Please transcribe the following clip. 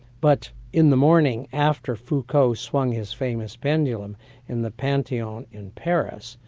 but in the morning after foucault swung his famous pendulum in the pantheon in paris,